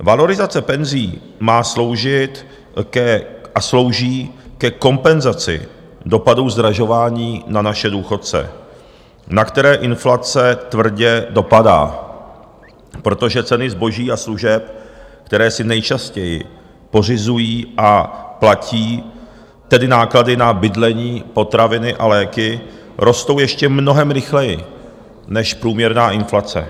Valorizace penzí má sloužit a slouží ke kompenzaci dopadů zdražování na naše důchodce, na které inflace tvrdě dopadá, protože ceny zboží a služeb, které si nejčastěji pořizují, a platí tedy náklady na bydlení, potraviny a léky, rostou ještě mnohem rychleji než průměrná inflace.